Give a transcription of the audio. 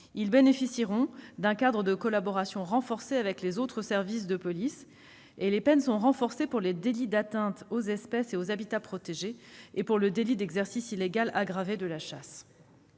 bénéficieront d'un cadre de collaboration amélioré avec les autres services de police. Les peines sont renforcées pour les délits d'atteinte aux espèces et habitats protégés et pour le délit d'exercice illégal aggravé de la chasse.